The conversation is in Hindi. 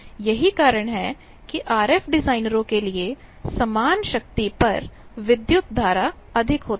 यही कारण है कि आरएफ डिजाइनरों के लिए समान शक्ति पर विद्युत धारा अधिक होती है